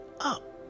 up